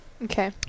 Okay